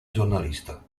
giornalista